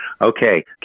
Okay